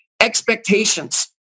expectations